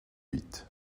huit